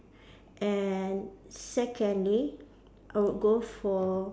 and secondly I would go for